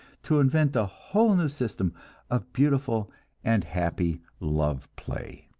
to invent a whole new system of beautiful and happy love play.